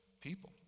people